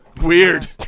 Weird